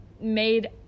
made